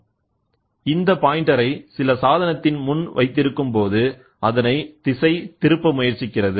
எனவே இந்த பாய்ண்டரை சில சாதனத்தின் முன் வைத்திருக்கும் போது அதனை திசை திருப்ப முயற்சிக்கிறது